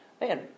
Man